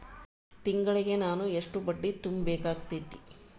ತಿಂಗಳಿಗೆ ನಾನು ಎಷ್ಟ ಬಡ್ಡಿ ತುಂಬಾ ಬೇಕಾಗತೈತಿ?